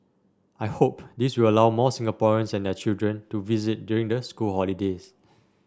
I hope this will allow more Singaporeans and their children to visit during the school holidays